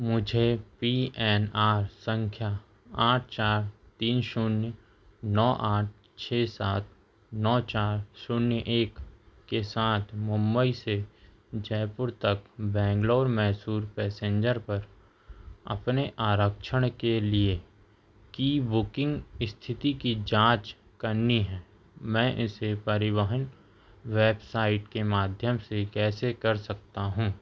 मुझे P N R संख्या आठ चार तीन शून्य नौ आठ छः सात नौ चार शून्य एक के साथ मुंबई से जयपुर तक बैंगलोर मैसूर पैसेंजर पर अपने आरक्षण के लिए की बुकिंग स्थिति की जाँच करनी है मैं इसे परिवहन वेबसाइट के माध्यम से कैसे कर सकता हूँ